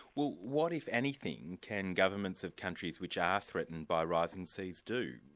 well what, if anything, can governments of countries which are threatened by rising seas do,